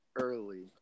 early